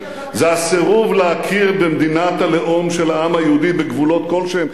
זה הסירוב להכיר במדינת הלאום של העם היהודי בגבולות כלשהם.